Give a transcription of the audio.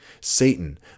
Satan